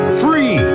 free